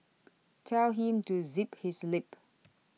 tell him to zip his lip